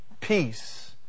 peace